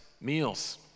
meals